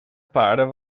paarden